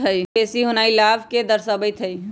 yield के बेशी होनाइ लाभ के दरश्बइत हइ